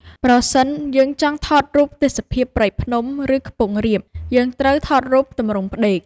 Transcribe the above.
បើសិនយើងចង់ថតរូបទេសភាពព្រៃភ្នំ ឬខ្ពង់រាប យើងត្រូវថតរូបទម្រង់ផ្ដេក។